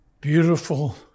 beautiful